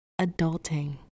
adulting